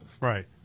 Right